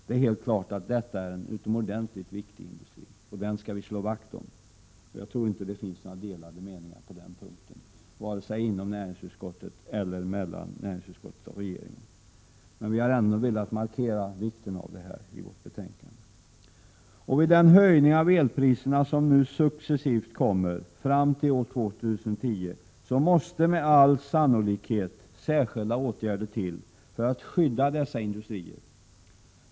Det är helt klart att detta är en utomordentligt viktig industri, och den skall vi slå vakt om. Jag tror inte att det finns några delade meningar på den punkten, varken inom näringsutskottet eller mellan näringsutskottet och regeringen. Vi har emellertid ändå velat markera vikten av detta i vårt betänkande. Med den höjning av elpriserna som nu successivt kommer att ske fram till år 2010 måste med all sannolikhet särskilda åtgärder vidtas för att man skall kunna skydda dessa industrier.